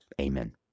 Amen